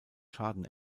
schaden